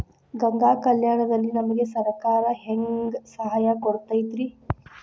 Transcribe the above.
ಗಂಗಾ ಕಲ್ಯಾಣ ದಲ್ಲಿ ನಮಗೆ ಸರಕಾರ ಹೆಂಗ್ ಸಹಾಯ ಕೊಡುತೈತ್ರಿ?